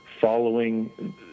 following